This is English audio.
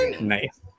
nice